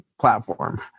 platform